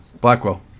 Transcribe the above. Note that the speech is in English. Blackwell